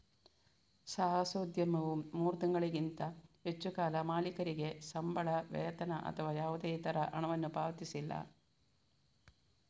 ಸಾಹಸೋದ್ಯಮವು ಮೂರು ತಿಂಗಳಿಗಿಂತ ಹೆಚ್ಚು ಕಾಲ ಮಾಲೀಕರಿಗೆ ಸಂಬಳ, ವೇತನ ಅಥವಾ ಯಾವುದೇ ಇತರ ಹಣವನ್ನು ಪಾವತಿಸಿಲ್ಲ